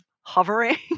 hovering